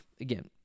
again